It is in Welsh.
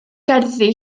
gerddi